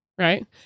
Right